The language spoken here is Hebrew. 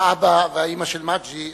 האבא והאמא של מג'די,